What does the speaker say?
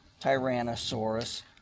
Tyrannosaurus